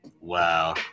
Wow